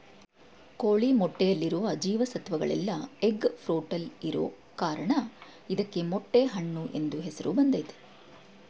ಕೋಳಿ ಮೊಟ್ಟೆಯಲ್ಲಿರುವ ಜೀವ ಸತ್ವಗಳೆಲ್ಲ ಎಗ್ ಫ್ರೂಟಲ್ಲಿರೋ ಕಾರಣಕ್ಕೆ ಇದಕ್ಕೆ ಮೊಟ್ಟೆ ಹಣ್ಣು ಎಂಬ ಹೆಸರು ಬಂದಯ್ತೆ